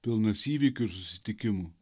pilnas įvykių ir susitikimų